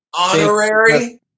Honorary